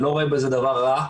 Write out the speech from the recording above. אני לא רואה בזה דבר רע.